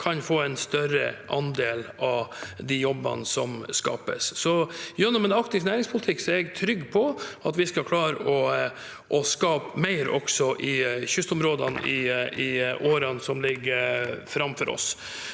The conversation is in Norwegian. kan få en større andel av de jobbene som skapes. Gjennom en aktiv næringspolitikk er jeg trygg på at vi skal klare å skape mer også i kystområdene i årene som ligger framfor oss.